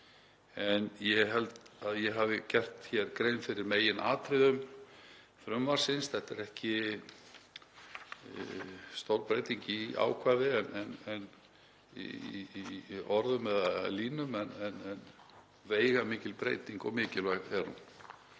Ég held að ég hafi gert grein fyrir meginatriðum frumvarpsins. Þetta er ekki stór breyting í ákvæði, í orðum eða línum en veigamikil breyting og mikilvæg er